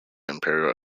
imperial